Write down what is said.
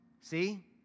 See